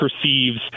perceives